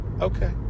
okay